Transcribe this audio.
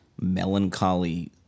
melancholy